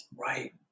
Right